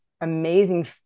amazing